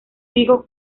hijo